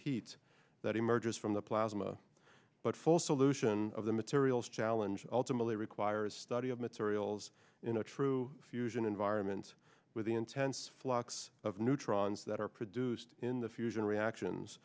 heat that emerges from the plasma but full solution of the materials challenge ultimately requires study of materials in a true fusion environment with the intense flux of neutrons that are produced in the fusion reactions